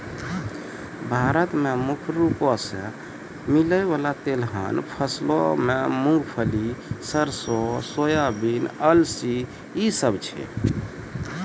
भारत मे मुख्य रूपो से मिलै बाला तिलहन फसलो मे मूंगफली, सरसो, सोयाबीन, अलसी इ सभ छै